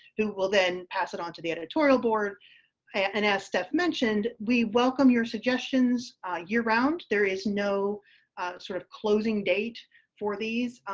who will then pass it on to the editorial board and as steph mentioned, we welcome your suggestions year around. there's no sort of closing date for these.